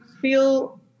feel